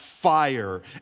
fire